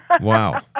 Wow